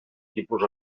tipus